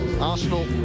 Arsenal